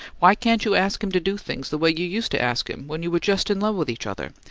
why can't you ask him to do things the way you used to ask him when you were just in love with each other?